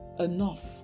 Enough